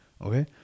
okay